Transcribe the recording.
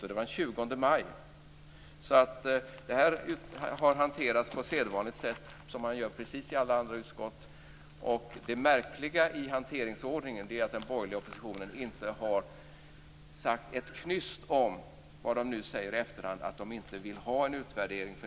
Och det var den 20 maj. Detta har alltså hanterats på sedvanligt sätt, precis som man gör i alla andra utskott. Det märkliga i hanteringsordningen är att den borgerliga oppositionen inte har sagt ett knyst om vad man nu säger i efterhand, att man inte vill ha en utvärdering för